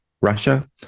russia